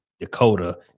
Dakota